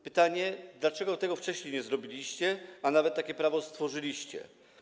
Pytanie: Dlaczego tego wcześniej nie zrobiliście, a nawet dlaczego takie prawo stworzyliście?